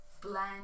blend